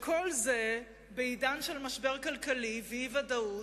כל זה בעידן של משבר כלכלי ואי-ודאות,